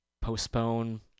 postpone